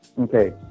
Okay